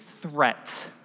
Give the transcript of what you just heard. threat